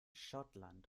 schottland